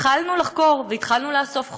התחלנו לחקור, התחלנו לאסוף חומר,